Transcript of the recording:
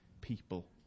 people